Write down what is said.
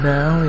now